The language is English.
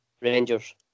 Rangers